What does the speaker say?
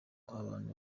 abantu